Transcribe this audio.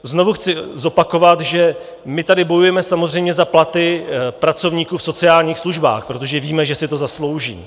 Znovu chci zopakovat, že my tady bojujeme samozřejmě za platy pracovníků v sociálních službách, protože víme, že si to zaslouží.